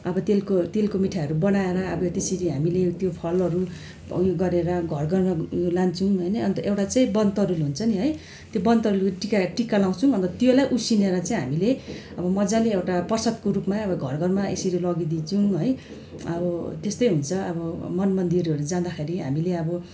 अब तेलको तिलको मिठाईहरू बनाएर अब त्यसरी हामीले त्यो फलहरू ऊ यो गरेर घर घरमा यो लान्छौँ होइन अन्त एउटा चाहिँ वन तरुल हुन्छ नि है त्यो वन तरुलको टीका टीका लाउँछौँ अन्त त्यलाई उसिनेर चाहिँ हामीले अब मजाले एउटा प्रसादको रूपमा अब घर घरमा यसरी लगिदिन्छौँ है अब त्यस्तै हुन्छ अब मन मन्दिरहरू जाँदाखेरि हामीले अब